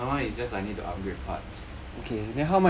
my [one] is just I need to upgrade parts